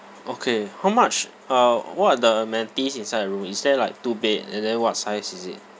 okay how much uh what are the amenities inside the room is there like two bed and then what size is it